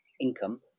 income